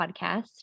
podcast